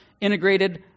integrated